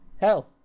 hell